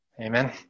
Amen